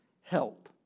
help